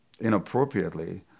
inappropriately